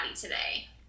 today